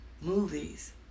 movies